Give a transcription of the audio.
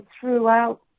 throughout